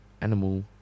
animal